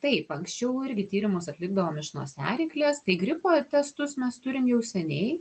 taip anksčiau irgi tyrimus atlikdavom iš nosiaryklės tai gripo testus mes turim jau seniai